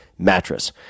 Mattress